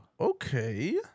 Okay